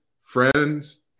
friends